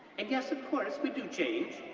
and, yes, of course, we do change,